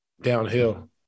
downhill